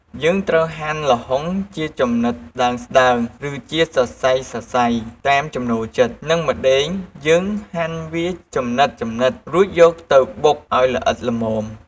យើងត្រូវហាន់ល្ហុងជាចំណិតស្តើងៗ រឺជាសរសៃៗ តាមចំណូលចិត្ត និងរំដេងយើងហាន់វាចំណិតៗរួចយកទៅបុកអោយល្អិតល្មម។